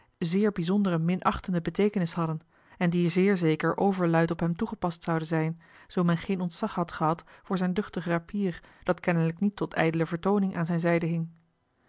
zeer bijzondere minachtende beteekenis hadden en die zeer zeker overluid op hem toegepast zouden zijn en zoo men geen ontzag had gehad voor zijn duchtig rapier dat kennelijk niet tot ijdele vertooning aan zijne